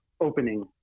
opening